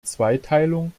zweiteilung